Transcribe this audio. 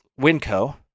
Winco